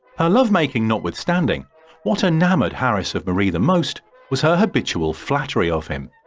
her lovemaking notwithstanding what enamoured harris of marie the most was her habitual flattery of him.